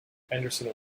henderson